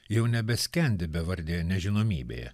jau nebeskendi bevardėje nežinomybėje